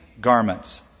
garments